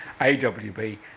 AWB